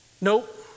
Nope